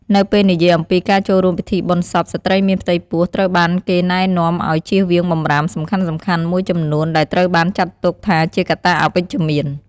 នៅពេលនិយាយអំពីការចូលរួមពិធីបុណ្យសព ស្ត្រីមានផ្ទៃពោះត្រូវបានគេណែនាំឲ្យជៀសវាងបម្រាមសំខាន់ៗមួយចំនួន ដែលត្រូវបានចាត់ទុកថាជាកត្តាអវិជ្ជមាន។